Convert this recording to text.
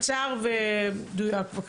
קצר ומדויק בבקשה.